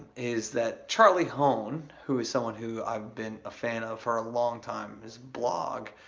is that charlie hoehn, who is someone who i've been a fan of for a long time, his blog,